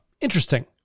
Interesting